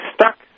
stuck